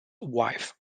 wife